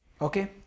Okay